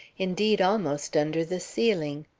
indeed, almost under the ceiling.